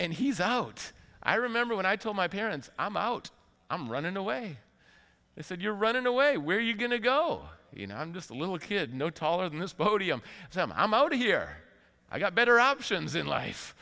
and he's out i remember when i told my parents i'm out i'm running away they said you're running away where are you going to go you know i'm just a little kid no taller than this podium i'm outta here i've got better options in life